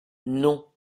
non